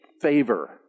favor